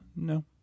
No